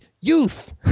youth